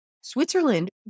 Switzerland